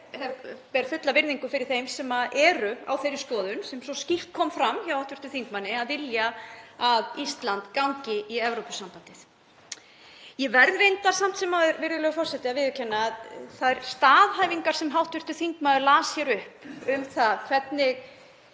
En ég ber fulla virðingu fyrir þeim sem eru á þeirri skoðun sem svo skýrt kom fram hjá hv. þingmanni, að vilja að Ísland gangi í Evrópusambandið. Ég verð reyndar samt sem áður, virðulegur forseti, að viðurkenna að þær staðhæfingar sem hv. þingmaður las hér upp um það hvernig